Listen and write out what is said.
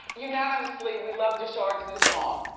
unanimously we love daeshard's new song.